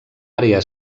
àrea